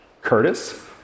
Curtis